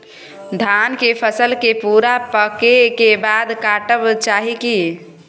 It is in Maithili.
धान के फसल के पूरा पकै के बाद काटब चाही की?